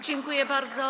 Dziękuję bardzo.